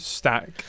stack